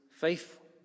faithful